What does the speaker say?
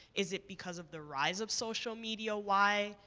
is it because of the rise of social media why,